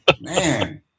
Man